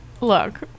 Look